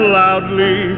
loudly